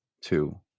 two